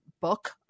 book